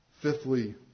Fifthly